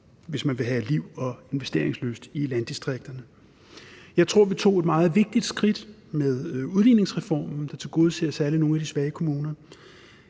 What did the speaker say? hvis man vil have liv og investeringslyst i landdistrikterne. Jeg tror, at vi tog et meget vigtigt skridt med udligningsreformen, der tilgodeser særlig nogle af de svage kommuner.